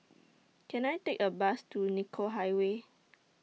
Can I Take A Bus to Nicoll Highway